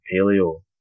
paleo